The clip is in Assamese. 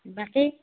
বাকী